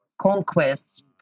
conquests